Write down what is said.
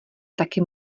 taky